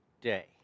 day